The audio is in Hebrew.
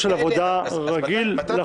של עבודה רגיל --- דברים כאלה,